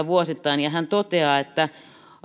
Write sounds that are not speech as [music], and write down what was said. [unintelligible] vuosittain hän toteaa että